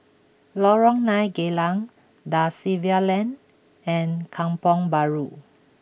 Lorong nine Geylang Da Silva Lane and Kampong Bahru